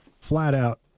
flat-out